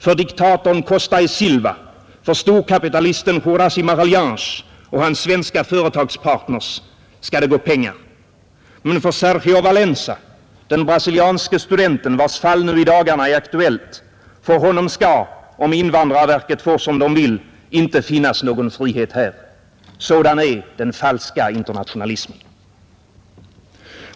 För diktatorn Garrastazu Medici, för storkapitalisten Juracy Magalhaes och hans svenska företagspartners skall det gå att få pengar. Men för Sergio Valeca, den brasilianske studenten vars fall nu i dagarna är aktuellt, för honom skall, om invandrarverket får som det vill, inte finnas någon frihet här. Sådan är den falska internationalismen.